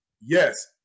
yes